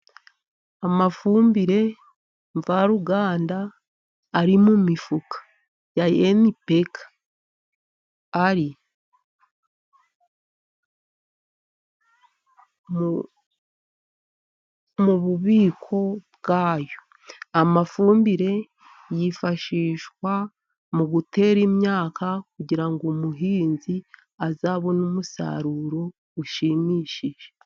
Amafumbire mvaruganda ari mu mifuka ya NPK. Ari mu bubiko bwayo. Amafumbire yifashishwa mu gutera imyaka kugira ngo umuhinzi azabone umusaruro ushimishije.